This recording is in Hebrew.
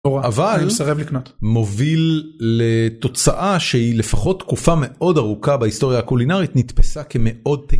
אבל סרב לקנות מוביל לתוצאה שהיא לפחות תקופה מאוד ארוכה בהיסטוריה קולינרית נתפסה כמאוד.